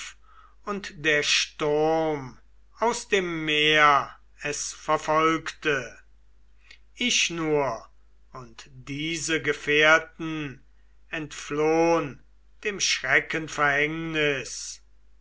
und der sturm aus dem meer es verfolgte ich nur und diese gefährten entflohn dem schreckenverhängnis